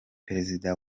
perezida